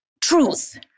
truth